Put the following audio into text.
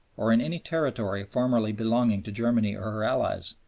or in any territory formerly belonging to germany or her allies,